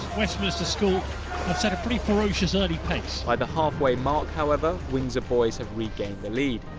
westminster school have set a pretty ferocious early pace. by the halfway mark, however, windsor boys have regained the lead.